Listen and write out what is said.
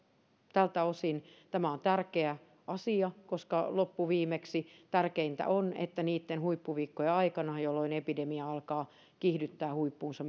tältä osin tämä on tärkeä asia koska loppuviimeksi tärkeintä on että niitten huippuviikkojen aikana jolloin epidemia alkaa kiihdyttää huippuunsa